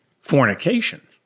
fornication